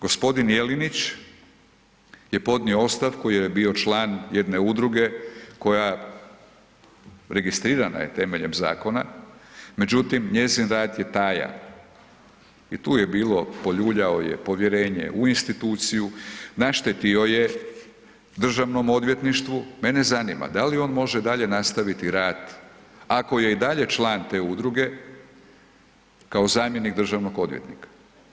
Gospodin Jelinić je podnio ostavku jer je bio član jedne udruge koja registrirana je temeljem zakona, međutim njezin rad je tajan i tu je bilo, poljuljao je povjerenje u instituciju, naštetio je Državnom odvjetništvu, mene zanima da li on može dalje nastaviti rad ako je i dalje član te udruge kao zamjenik državnog odvjetnika?